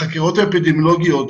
החקירות האפידמיולוגיות,